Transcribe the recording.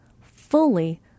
fully